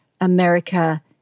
America